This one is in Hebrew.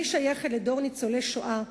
אני שייכת לדור שני לניצולי השואה,